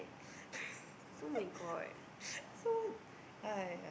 so !aiyah!